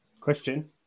Question